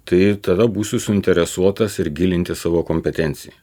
tai tada būsiu suinteresuotas ir gilinti savo kompetenciją